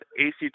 ACT